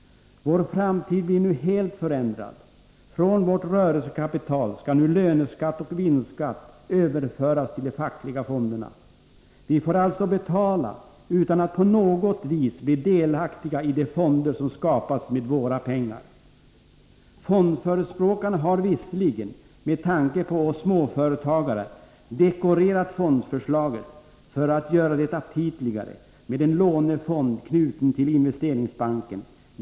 Vår framtid blir helt förändrad. Från vårt rörelsekapital skall nu löneskatt och vinstskatt överföras till de fackliga fonderna. Vi får alltså betala utan att på något vis bli delaktiga i de fonder som skapas med våra pengar. Fondförespråkarna har visserligen, med tanke på oss småföretagare, dekorerat fondförslaget — för att göra det aptitligare — med en lånefond knuten till Investeringsbanken.